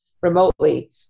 remotely